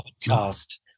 podcast